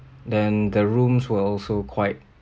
then the rooms were also quite